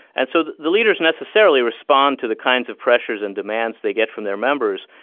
and so the the leaders necessarily respond to the kinds of pressures and demands they get from their members.